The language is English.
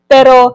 Pero